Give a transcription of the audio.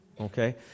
Okay